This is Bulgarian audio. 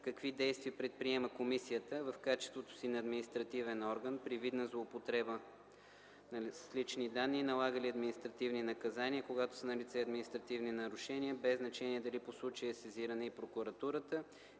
какви действия предприема комисията, в качеството си на административен орган, при видна злоупотреба на лични данни и налага ли административни наказания, когато са налице административни нарушения, без значение дали по случая е сезирана и прокуратурата;